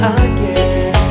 again